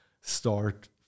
start